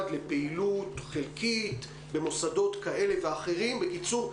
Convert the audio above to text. לפעילות חלקית במוסדות כאלה ואחרים בקיצור,